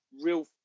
real